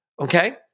okay